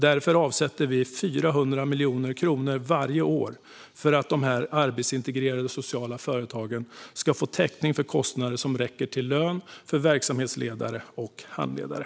Därför avsätter vi 400 miljoner kronor varje år för att dessa arbetsintegrerande sociala företag ska få täckning för kostnader som räcker till lön för verksamhetsledare och handledare.